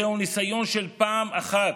זהו ניסיון של פעם אחת.